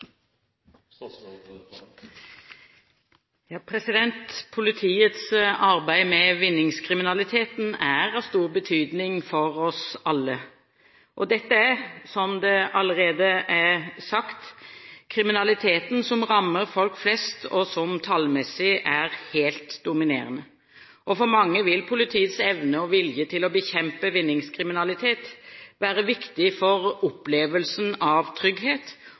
av stor betydning for oss alle. Dette er, som det allerede er sagt, kriminaliteten som rammer folk flest, og som tallmessig er helt dominerende. For mange vil politiets evne og vilje til å bekjempe vinningskriminalitet være viktig for opplevelsen av trygghet